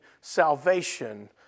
salvation